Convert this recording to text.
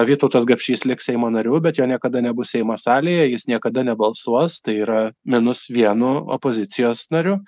vytautas gapšys liks seimo nariu bet jo niekada nebus seimo salėje jis niekada nebalsuos tai yra minus vienu opozicijos nariu